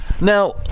now